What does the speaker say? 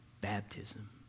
baptism